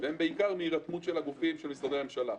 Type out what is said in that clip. הן בעיקר מהירתמות של הגופים, של משרדי הממשלה.